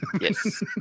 Yes